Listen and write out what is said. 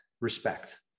respect